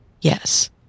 Yes